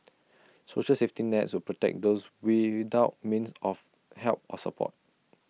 social safety nets will protect those without means of help or support